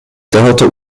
tohoto